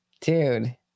Dude